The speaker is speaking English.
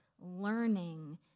learning